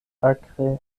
akre